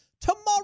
tomorrow